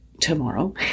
tomorrow